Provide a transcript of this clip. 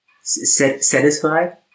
Satisfied